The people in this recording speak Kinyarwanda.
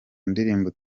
ndirimbo